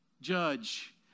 Judge